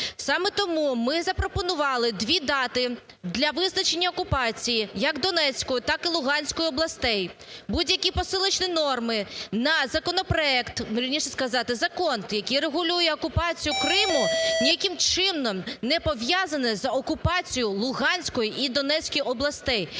Саме тому ми запропонували дві дати для визначення окупації як Донецької так і Луганської областей. Будь-які посилочні норми на законопроект, вірніше сказати закон, який регулює окупацію Криму, ніяким чином не пов'язане з окупацією Луганської і Донецької областей.